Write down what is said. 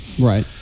Right